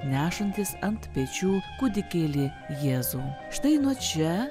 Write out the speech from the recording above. nešantis ant pečių kūdikėlį jėzų štai nuo čia